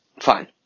fine